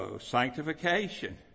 Sanctification